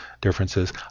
differences